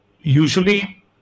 usually